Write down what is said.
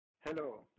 Hello